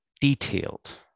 detailed